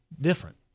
different